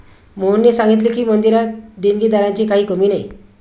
मोहनने सांगितले की, मंदिरात देणगीदारांची काही कमी नाही